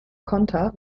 konter